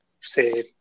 say